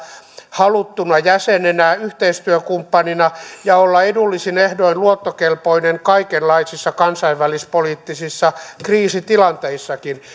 haluttuna jäsenenä yhteistyökumppanina ja olla edullisin ehdoin luottokelpoinen kaikenlaisissa kansainvälispoliittisissa kriisitilanteissakin